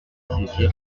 saisit